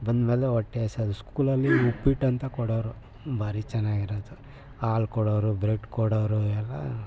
ಬಂದ್ಮೇಲೆ ಹೊಟ್ಟೆ ಹಸಿಯೋದು ಸ್ಕೂಲಲ್ಲಿ ಉಪ್ಪಿಟ್ಟು ಅಂತ ಕೊಡೋರು ಭಾರಿ ಚೆನ್ನಾಗಿರೋದು ಹಾಲು ಕೊಡೋರು ಬ್ರೆಡ್ ಕೊಡೋರು ಎಲ್ಲ